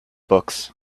books